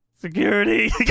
security